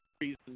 reasons